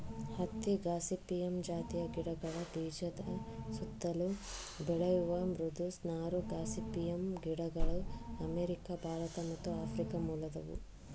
ಹತ್ತಿ ಗಾಸಿಪಿಯಮ್ ಜಾತಿಯ ಗಿಡಗಳ ಬೀಜದ ಸುತ್ತಲು ಬೆಳೆಯುವ ಮೃದು ನಾರು ಗಾಸಿಪಿಯಮ್ ಗಿಡಗಳು ಅಮೇರಿಕ ಭಾರತ ಮತ್ತು ಆಫ್ರಿಕ ಮೂಲದವು